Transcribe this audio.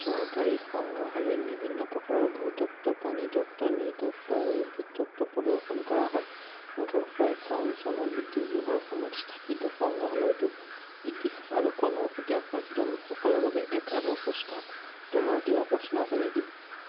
চৰকাৰী সংগ্ৰহালয়ত বিভিন্ন প্ৰকাৰৰ ভূতত্ত্ব প্ৰাণীতত্ত্ব নৃতত্ত্ব আৰু উদ্ভিদতত্ত্ব প্ৰদৰ্শন কৰা হয় ওঠৰশ একাৱন চনত ব্ৰিটিছ যুগৰ সময়ত স্থাপিত সংগ্ৰহালয়টো ইতিহাস আৰু কলাৰ প্ৰতি আকৰ্ষিত লোকসকলৰ বাবে এক আদৰ্শ স্থান তোমাৰ কিবা প্ৰশ্ন আছে নেকি